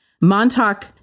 Montauk